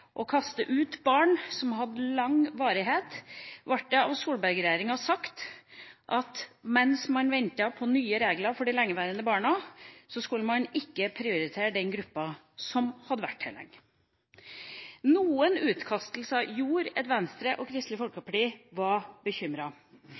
å kaste ut barn som hadde bodd lenge i Norge, ble det sagt av Solberg-regjeringa at mens man ventet på nye regler for de lengeværende barna, skulle man ikke prioritere den gruppa som hadde vært her lenge. Noen utkastelser gjorde at Venstre og Kristelig